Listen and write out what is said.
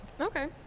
okay